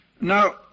Now